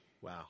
Wow